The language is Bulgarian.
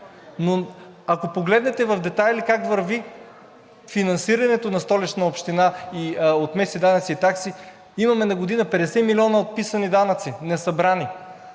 но ако погледнете в детайли как върви финансирането на Столична община от местни данъци и такси, имаме на година 50 милиона отписани данъци, несъбрани.